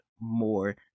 more